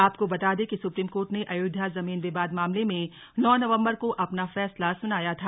आपको बता दें कि सुप्रीम कोर्ट ने अयोध्या जमीन विवाद मामले में नौ नवंबर को अपना फैसला सुनाया था